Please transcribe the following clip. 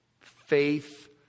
faith